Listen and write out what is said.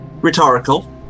Rhetorical